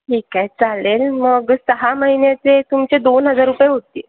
ठीक आहे चालेल मग सहा महिन्याचे तुमचे दोन हजार रुपये होतील